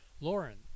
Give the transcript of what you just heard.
Lauren